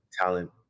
talent